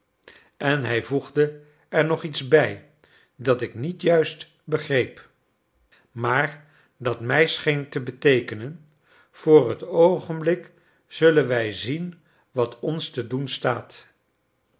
en hij voegde er nog iets bij dat ik niet juist begreep maar dat mij scheen te beteekenen voor t oogenblik zullen wij zien wat ons te doen staat